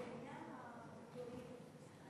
בעניין הפיטורים,